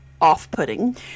off-putting